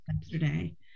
yesterday